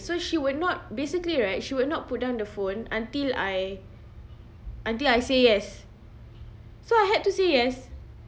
so she would not basically right she would not put down the phone until I until I say yes so I had to say yes